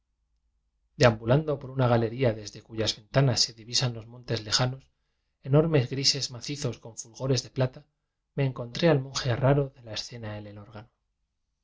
deambulando por una galería desde cu yas ventanas se divisan los montes leja nos enormes grises macizos con fulgores de plata me encontré al monje raro de la escena en el